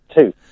two